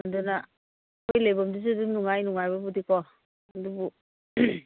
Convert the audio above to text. ꯑꯗꯨꯅ ꯑꯩꯈꯣꯏ ꯂꯩꯐꯝꯗꯨꯁꯨ ꯑꯗꯨꯝ ꯅꯨꯡꯉꯥꯏ ꯅꯨꯡꯉꯥꯏꯕꯕꯨꯗꯤꯀꯣ ꯑꯗꯨꯕꯨ